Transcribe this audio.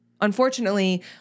Unfortunately